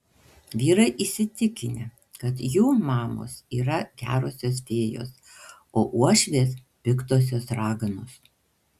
vyrai įsitikinę kad jų mamos yra gerosios fėjos o uošvės piktosios raganos